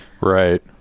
Right